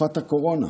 בתקופת הקורונה.